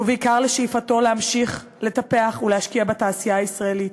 ובעיקר לשאיפתו להמשיך לטפח ולהשקיע בתעשייה הישראלית.